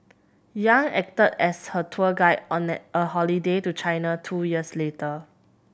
Yang acted as her tour guide on an a holiday to China two years later